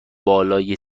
بالای